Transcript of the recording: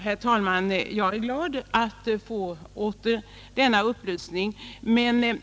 Herr talman! Jag är glad för att åter få denna upplysning.